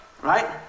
Right